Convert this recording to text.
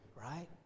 right